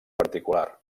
particular